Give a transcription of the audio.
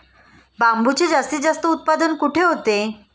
बांबूचे जास्तीत जास्त उत्पादन कुठे होते?